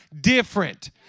different